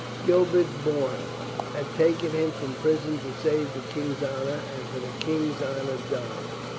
gilbert bourne had taken him from prison to save the king's honor and for the king's honor died.